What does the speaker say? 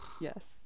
Yes